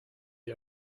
ihr